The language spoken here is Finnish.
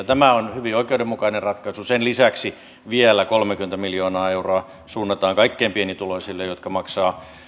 tämä on hyvin oikeudenmukainen ratkaisu sen lisäksi vielä kolmekymmentä miljoonaa euroa suunnataan kaikkein pienituloisimmille jotka maksavat